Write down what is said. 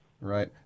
Right